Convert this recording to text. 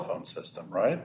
phone system right